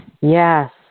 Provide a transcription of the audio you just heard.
Yes